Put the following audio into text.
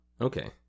Okay